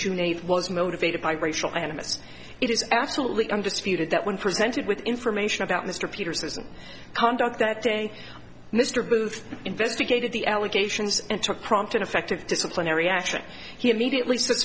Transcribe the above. june eighth was motivated by racial animus it is absolutely undisputed that when presented with information about mr peterson conduct that day mr booth investigated the allegations and took prompt ineffective disciplinary action he immediately s